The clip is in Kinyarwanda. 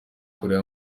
koreya